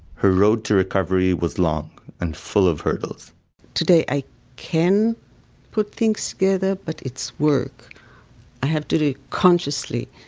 her road to recovery was long, and full of hurdles today i can put things together, but it's work. i have to do it consciously.